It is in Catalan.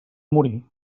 morir